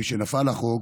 משנפל החוק,